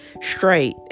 straight